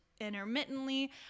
intermittently